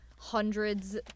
hundreds